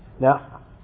Now